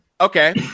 Okay